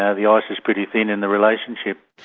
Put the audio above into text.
yeah the ah ice is pretty thin in the relationship.